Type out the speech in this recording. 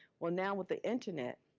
well, now with the internet,